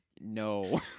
no